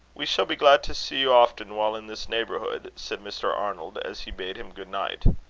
we shall be glad to see you often while in this neighbourhood, said mr. arnold, as he bade him good night.